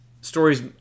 stories